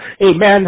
Amen